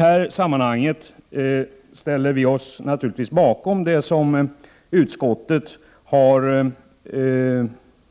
Vi ställer oss bakom det som utskottet har